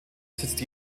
sitzt